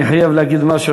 אני חייב להגיד משהו,